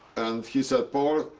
and he said, pol,